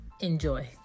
Enjoy